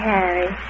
Harry